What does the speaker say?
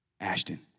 Ashton